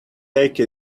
take